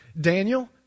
Daniel